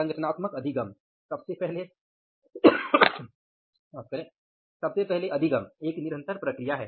संगठनात्मक अधिगम सबसे पहले अधिगम एक निरंतर प्रक्रिया है